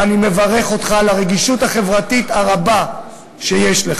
ואני מברך אותך על הרגישות החברתית הרבה שלך.